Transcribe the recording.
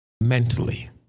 mentally